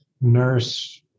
nurse